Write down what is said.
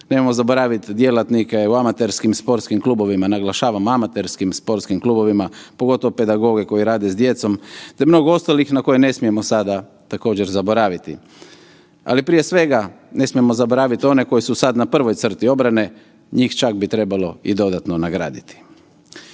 Nemojmo zaboraviti djelatnike u amaterskim sportskim klubovima, naglašavam, amaterskim sportskim klubovima, pogotovo pedagoge koji rade s djecom te mnogo ostalih na koje ne smijemo sada također, zaboraviti. Ali, prije svega ne smijemo zaboraviti one koji su sad na prvoj crti obrane, njih čak bi trebalo i dodatno nagraditi.